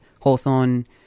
Hawthorne